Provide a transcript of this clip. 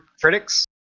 critics